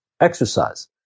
exercise